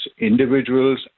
individuals